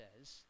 says